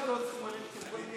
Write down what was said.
אבל צריך להבין שחייבים להגיע לרוצח.